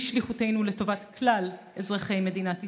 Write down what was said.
שליחותנו לטובת כלל אזרחי מדינת ישראל.